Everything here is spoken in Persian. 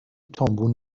تومبون